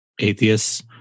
atheists